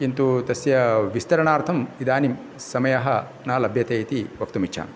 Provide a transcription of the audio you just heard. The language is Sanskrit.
किन्तु तस्य विस्तरणार्थम् इदानीं समयः न लभ्यते इति वक्तुमिच्छामि